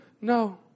No